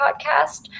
podcast